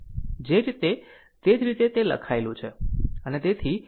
જે રીતે તે જ રીતે તે લખાયેલું છે